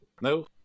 No